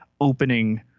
opening